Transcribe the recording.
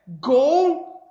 Go